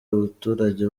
abaturage